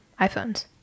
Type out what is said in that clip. iphones